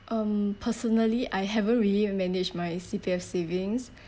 um personally I haven't really managed my C_P_F savings